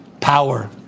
Power